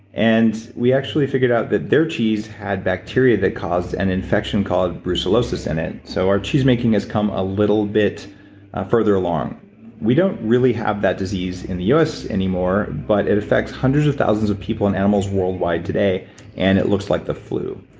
and we actually figured out that their cheese had bacteria that caused an infection called brucellosis in it, so our cheese making has come a little bit further along we don't really have that disease in the us anymore, but it affects hundreds of thousands of people and animals worldwide today and it looks like the flu.